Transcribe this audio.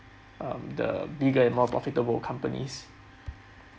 uh the bigger and more profitable companies